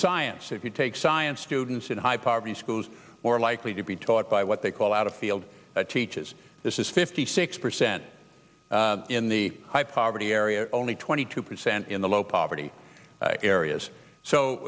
science if you take science students in high poverty schools more likely to be taught by what they call out of field teaches this is fifty six percent in the high poverty area only twenty two percent in the low poverty areas